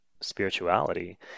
spirituality